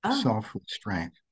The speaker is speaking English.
self-restraint